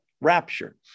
rapture